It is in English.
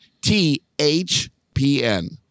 THPN